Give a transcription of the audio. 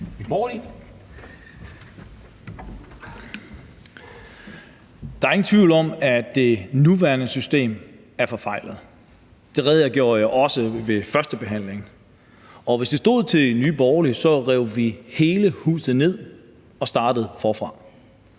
Der er ingen tvivl om, at det nuværende system er forfejlet. Det redegjorde jeg også for ved førstebehandlingen. Og hvis det stod til Nye Borgerlige, rev vi hele huset ned og startede forfra.